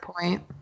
point